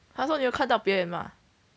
!huh! so 你有看到表演吗